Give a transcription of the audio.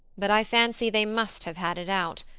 but i fancy they must have had it out.